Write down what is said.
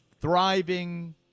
thriving